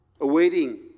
awaiting